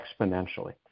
exponentially